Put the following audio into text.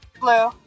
Blue